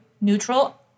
neutral